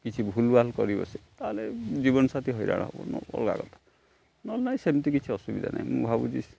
କିଛି ଭୁଲ୍ ଭାଲ୍ କରିିବସେ ତା'ହେଲେ ଜୀବନସାଥିୀ ହଇରାଣ ହେବ ଅଲଗା କଥା ନହେଲେ ନାଇଁ ସେମିତି କିଛି ଅସୁବିଧା ନାହିଁ ମୁଁ ଭାବୁଛି